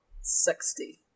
sixty